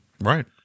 Right